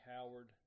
Howard